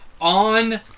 on